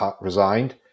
resigned